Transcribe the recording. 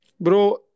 Bro